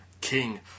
king